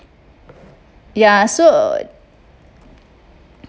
ya so